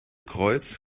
kreuz